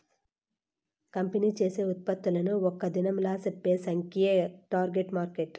company చేసే ఉత్పత్తులను ఒక్క దినంలా చెప్పే సంఖ్యే టార్గెట్ మార్కెట్